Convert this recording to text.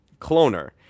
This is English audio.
cloner